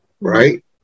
right